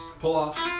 pull-offs